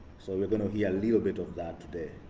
so you're going to hear a little bit of that today.